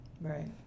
Right